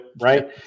right